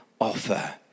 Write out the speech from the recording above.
offer